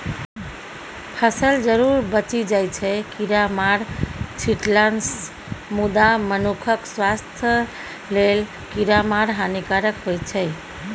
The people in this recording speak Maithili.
फसल जरुर बचि जाइ छै कीरामार छीटलासँ मुदा मनुखक स्वास्थ्य लेल कीरामार हानिकारक होइ छै